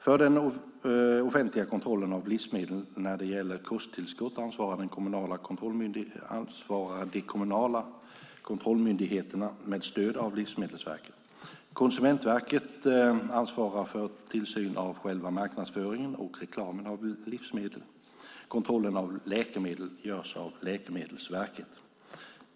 För den offentliga kontrollen av livsmedel, när det gäller kosttillskott, ansvarar de kommunala kontrollmyndigheterna med stöd av Livsmedelsverket. Konsumentverket ansvarar för tillsynen av själva marknadsföringen av och reklamen för livsmedel. Kontrollen av läkemedel görs av Läkemedelsverket.